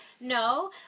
no